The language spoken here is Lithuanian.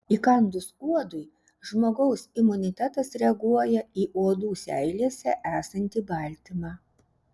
įkandus uodui žmogaus imunitetas reaguoja į uodų seilėse esantį baltymą